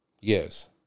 Yes